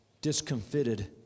discomfited